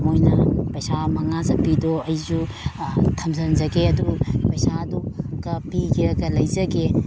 ꯃꯣꯏꯅ ꯄꯩꯁꯥ ꯃꯉꯥ ꯆꯄꯤꯗꯣ ꯑꯩꯁꯨ ꯊꯝꯖꯟꯖꯒꯦ ꯑꯗꯨ ꯄꯩꯁꯥ ꯑꯗꯨꯀ ꯄꯤꯒꯦꯔꯥ ꯂꯩꯖꯒꯦ